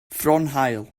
fronhaul